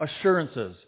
assurances